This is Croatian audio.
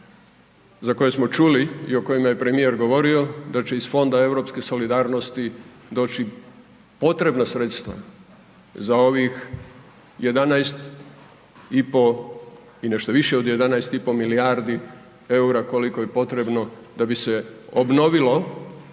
za koje smo čuli i o kojima je premijer govorio da će iz Fonda europske solidarnosti doći potrebna sredstva za ovih 11,5 i nešto više od 11,5 milijardi EUR-a koliko je potrebno da bi se obnovilo